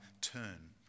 turn